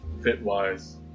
fit-wise